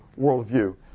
worldview